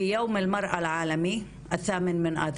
(עוברת לדבר בשפה הערבית, להלן תרגום חופשי)